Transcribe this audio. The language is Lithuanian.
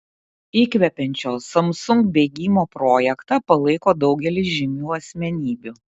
įkvepiančio samsung bėgimo projektą palaiko daugelis žymių asmenybių